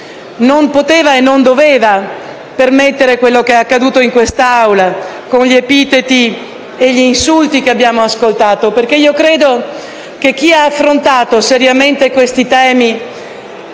potuto e dovuto permettere ciò che è accaduto in quest'Aula, con gli epiteti e gli insulti che abbiamo ascoltato. Credo infatti che chi ha affrontato seriamente questi temi